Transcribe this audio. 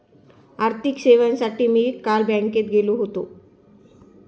आर्थिक सेवांसाठी मी काल बँकेत गेलो होतो